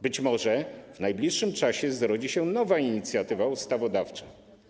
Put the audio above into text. Być może w najbliższym czasie zrodzi się nowa inicjatywa ustawodawcza.